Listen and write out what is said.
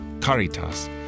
caritas